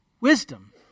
wisdom